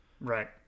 right